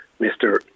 Mr